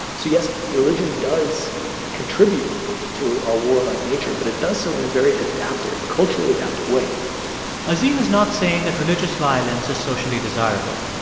so, yes, religion does contribute to our warlike nature, but it does so in a very adaptive culturally adaptive way azim is not saying that religious violence is socially desirable.